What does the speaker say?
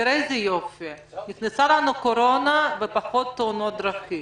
תראה איזה יופי נכנסה לנו קורונה ויש פחות תאונות דרכים,